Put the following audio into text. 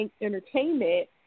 entertainment